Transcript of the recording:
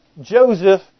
Joseph